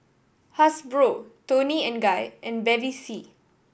Hasbro Toni and Guy and Bevy C